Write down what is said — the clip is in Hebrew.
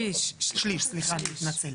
שליש, סליחה אני מתנצל.